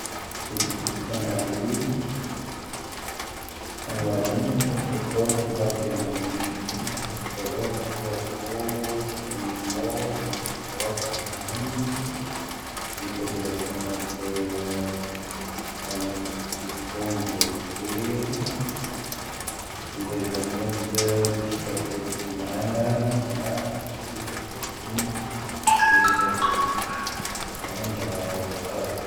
ⴰⴽⴽⵓⵍⵉ ⵙⵉⵙⵜⴰⵏⴰⵀⴻⴻ. ⴰⵡⵡⴰⵊⵓⵎ ⵜⴰⴷⴷoⴽoⵜ ⵎⴳⴰⵜⵉⵎⴰⵏⵡⵉⵍⴻ. ⵏⵓⴽⵜⴰⵔoⴽⵀⵍⴻ ⵔⵡoⵙⵎoⵙⵡⴰⵜⵉⵎⴰⵏ. ⵙⵉⴷⴰⴷⴰⵙⴰⵏⴰⵜ. ⵙⴰⵏⴰⵜⴰⴷⵉⴽoⵏⴱo ⴷⴻⵏ. ⵙⵉⴷⴰⴷⴰⵙⴰⵏⴰⵜ ⵜⵉⵙⴰⵜⴻⵏⴷⵉⵏⵀⴰⵏⴰ. ⵉⵙⴰⵏⴰⵜⴰⴷ ⵜⵉⵙⴰⵜⴻⵏⴷⵉⵏ. ⵜⵉⴼⵓⴽ. ⴰⵡⴰⵏ ⴷⵡⴰⴰⴷⵉⵔ ⴷⵡⴰⴰⴷ.